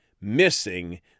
missing